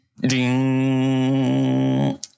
Ding